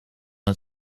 het